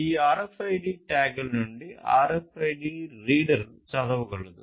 ఈ RFID ట్యాగ్ల నుండి RFID రీడర్ చదవగలదు